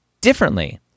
differently